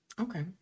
Okay